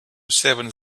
seven